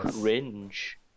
cringe